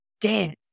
dance